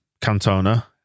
Cantona